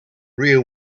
rear